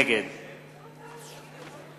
נגד